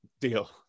deal